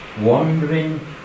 wandering